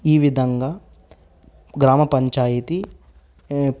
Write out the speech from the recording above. ఈ విధంగా గ్రామపంచాయతీ